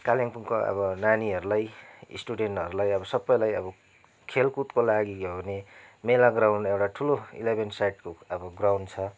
कालिम्पोङको अब नानीहरूलाई स्टुडेन्टहरूलाई अब सबैलाई अब खेलकुदको लागि हो भने मेला ग्राउन्ड एउटा ठुलो इलेभेन साइडको अब ग्राउन्ड छ